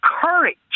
courage